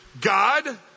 God